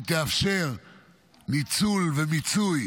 היא תאפשר ניצול ומיצוי,